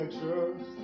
trust